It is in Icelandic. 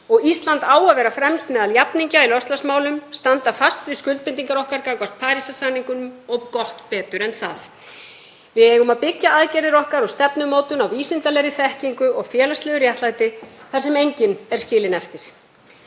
Ísland á að vera fremst meðal jafningja í loftslagsmálum, standa fast við skuldbindingar okkar gagnvart Parísarsamningnum og gott betur en það. Við eigum að byggja aðgerðir okkar og stefnumótun á vísindalegri þekkingu og félagslegu réttlæti þar sem enginn er skilinn eftir.